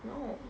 no